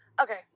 Okay